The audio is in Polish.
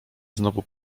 znowu